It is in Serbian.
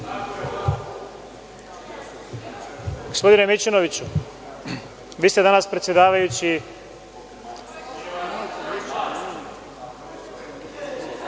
Gospodine Mićunoviću, vi ste danas predsedavajući...Član